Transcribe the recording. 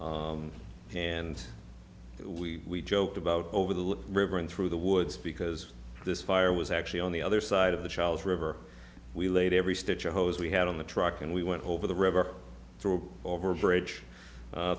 them and we joked about over the river and through the woods because this fire was actually on the other side of the charles river we laid every stitch a hose we had on the truck and we went over the river through over a bridge